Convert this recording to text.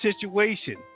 situation